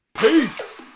Peace